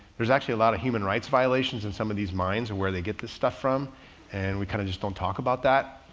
there's actually a lot of human rights violations in some of these mines and where they get this stuff from and we kind of just don't talk about that.